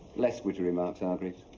less with the remarks, hargreaves.